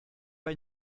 pas